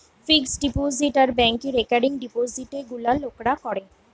fixed deposit আর ব্যাংকে recurring ডিপোজিটে গুলা লোকরা করে